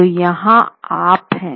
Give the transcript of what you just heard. तो यहां आप हैं